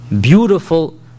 beautiful